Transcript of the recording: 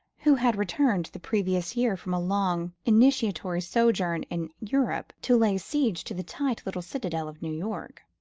who had returned the previous year from a long initiatory sojourn in europe to lay siege to the tight little citadel of new york.